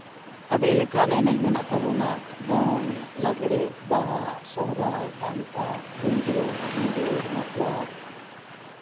ᱟᱹᱰᱤ ᱞᱮᱠᱟᱱ ᱮᱱᱮᱡ ᱢᱮᱱᱟᱜ ᱛᱟᱵᱚᱱᱟ ᱫᱚᱝ ᱞᱟᱜᱽᱲᱮ ᱵᱟᱦᱟ ᱥᱚᱨᱦᱟᱭ ᱰᱟᱱᱴᱟ ᱨᱤᱡᱟᱹ ᱜᱩᱡᱟᱹ ᱢᱟᱛᱣᱟᱨ